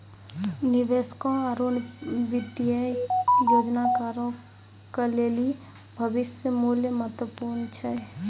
निवेशकों आरु वित्तीय योजनाकारो के लेली भविष्य मुल्य महत्वपूर्ण छै